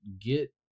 get